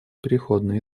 переходный